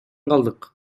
калдык